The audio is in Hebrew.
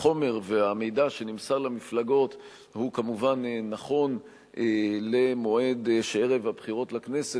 החומר והמידע שנמסר למפלגות הוא כמובן נכון למועד של ערב הבחירות לכנסת,